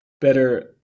better